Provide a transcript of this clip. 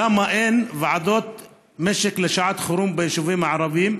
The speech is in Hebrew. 3. למה אין ועדות משק לשעת חירום ביישובים הערביים,